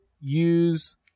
use